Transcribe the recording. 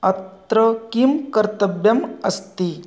अत्र किं कर्तव्यम् अस्ति